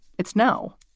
it's no,